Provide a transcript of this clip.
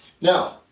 now